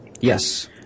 Yes